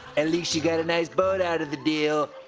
at least you got a nice boat out of the deal.